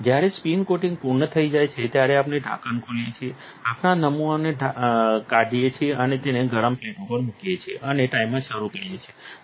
જ્યારે spin coating પૂર્ણ થઈ જાય ત્યારે આપણે ઢાંકણ ખોલીએ છીએ આપણા નમૂનાને કાઢીએ છીએ અને તેને ગરમ પ્લેટ ઉપર મૂકીએ છીએ અને ટાઇમર શરૂ કરીએ છીએ